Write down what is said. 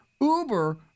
Uber